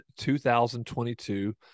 2022